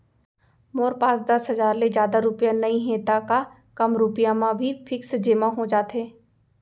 मोर पास दस हजार ले जादा रुपिया नइहे त का कम रुपिया म भी फिक्स जेमा हो जाथे?